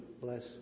bless